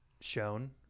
shown